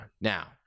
Now